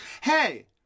hey